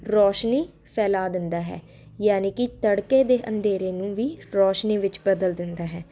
ਰੌਸ਼ਨੀ ਫੈਲਾ ਦਿੰਦਾ ਹੈ ਯਾਨੀ ਕਿ ਤੜਕੇ ਦੇ ਅੰਧੇਰੇ ਨੂੰ ਵੀ ਰੋਸ਼ਨੀ ਵਿੱਚ ਬਦਲ ਦਿੰਦਾ ਹੈ